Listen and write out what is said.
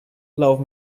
love